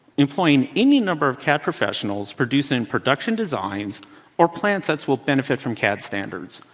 employing any number of cad professionals producing production designs or plan sets will benefit from cad standards.